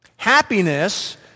Happiness